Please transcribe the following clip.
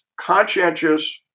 conscientious